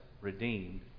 redeemed